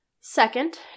Second